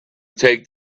take